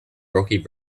rocky